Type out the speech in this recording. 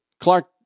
Clark